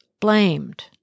blamed